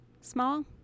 small